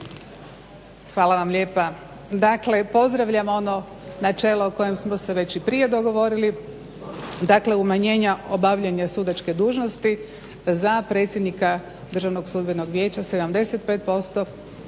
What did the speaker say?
Hvala vam lijepa. Dakle, pozdravljam ono načelo o kojem smo se već i prije dogovorili, dakle umanjenja obavljanja sudačke dužnosti za predsjednika DSV-a 75% i za članove vijeća 50%.